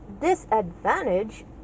disadvantage